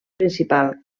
principal